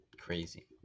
crazy